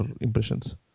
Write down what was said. impressions